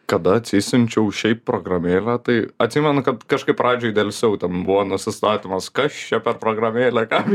kada atsisiunčiau šiaip programėlę tai atsimenu kad kažkaip pradžiai delsiau ten buvo nusistatymas kas čia per programėlė kam